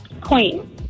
Queen